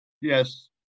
yes